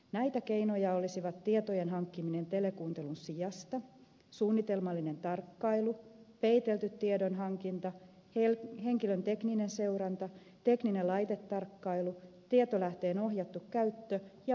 näitä keinoja olisivat tietojen hankkiminen telekuuntelun sijasta suunnitelmallinen tarkkailu peitelty tiedonhankinta henkilön tekninen seuranta tekninen laitetarkkailu tietolähteen ohjattu käyttö ja valvottu läpilasku